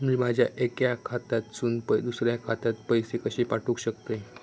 मी माझ्या एक्या खात्यासून दुसऱ्या खात्यात पैसे कशे पाठउक शकतय?